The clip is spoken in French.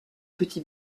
petit